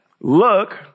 look